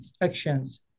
actions